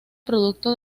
producto